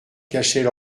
cachaient